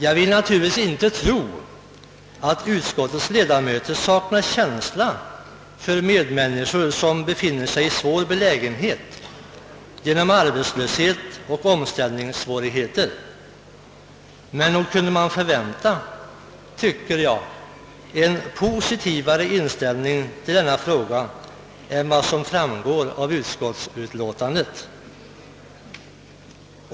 Jag vill naturligtvis inte tro att utskottets ledamöter saknar känsla för medmänniskor som befinner sig i en svår belägenhet på grund av arbetslöshet och omställningssvårigheter, men nog kunde man förvänta, tycker jag, en positivare inställning till denna fråga än den som framgår av utskottsutlåtandet.